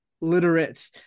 literate